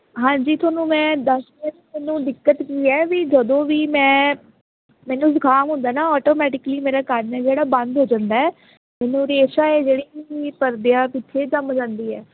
ਹਾਂਜੀ ਤੁਹਾਨੂੰ ਮੈਂ ਦੱਸਦੀ ਹਾਂ ਵੀ ਮੈਨੂੰ ਦਿੱਕਤ ਕੀ ਹੈ ਵੀ ਜਦੋਂ ਵੀ ਮੈਂ ਮੈਨੂੰ ਜੁਖਾਮ ਹੁੰਦਾ ਨਾ ਔਟੋਮੈਟਿਕਲੀ ਮੇਰਾ ਕੰਨ ਹੈ ਜਿਹੜਾ ਬੰਦ ਹੋ ਜਾਂਦਾ ਹੈ ਮੈਨੂੰ ਰੇਸ਼ਾ ਏ ਜਿਹੜੀ ਪਰਦੀਆਂ ਪਿੱਛੇ ਜਮ ਜਾਂਦੀ ਹੈ